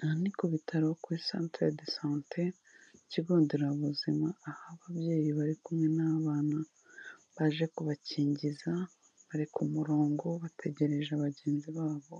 Aha ni ku bitaro kuri Centre de Sante ikigo nderabuzima, aho ababyeyi bari kumwe n'abana baje kubakingiza bari ku murongo bategereje bagenzi babo,